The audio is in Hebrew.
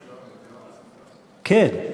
אדוני,